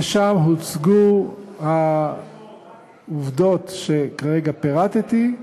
ושם הוצגו העובדות שכרגע פירטתי.